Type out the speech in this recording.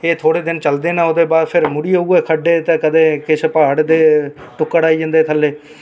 किश थोह्ड़े दिन चलदे न फ्ही उ'ऐ मुड़ियै खड्डे ते कदें किश प्हाड़ दे कुप्पड़ आई जंदे थल्ले